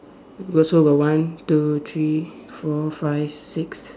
you also got one two three four five six